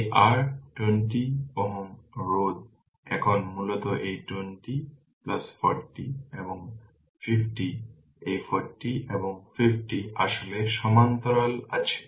এই r 20 Ω রোধ এখন মূলত এই 40 এবং 50 এই 40 এবং 50 আসলে সমান্তরালে আছে